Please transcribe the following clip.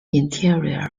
interior